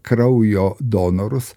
kraujo donorus